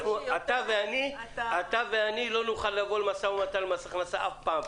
אתה ואני לא נוכל לבוא למשא ומתן במס הכנסה אף פעם,